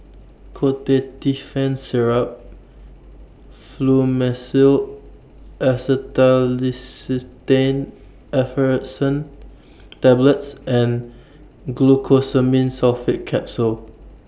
Ketotifen Syrup Fluimucil Acetylcysteine Effervescent Tablets and Glucosamine Sulfate Capsules